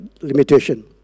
limitation